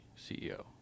CEO